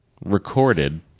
recorded